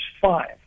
five